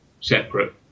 separate